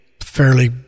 fairly